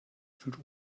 fühlt